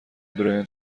برایان